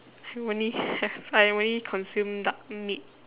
I've only have I only consume duck meat